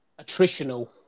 attritional